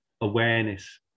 awareness